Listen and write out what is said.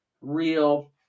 real